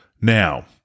Now